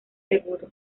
seguro